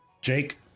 Jake